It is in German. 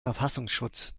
verfassungsschutz